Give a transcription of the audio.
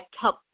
help